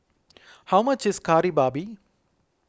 how much is Kari Babi